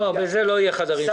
בזה לא יהיו חדרים שקטים.